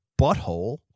butthole